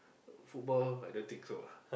football I don't think so lah